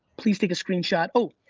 please take a screenshot. oh,